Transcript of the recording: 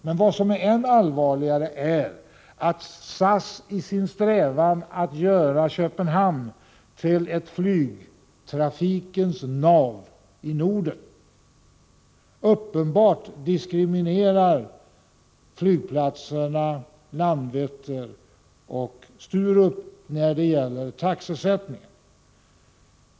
Men vad som är än allvarligare är att SAS i sin strävan att göra Köpenhamn till ett flygtrafikens nav i Norden uppenbart diskriminerar flygplatserna Landvetter och Sturup när det gäller taxesättningen.